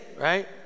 right